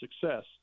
success